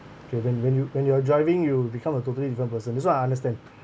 okay when when you when you're driving you become a totally different person this [one] I understand